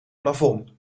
plafond